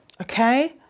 okay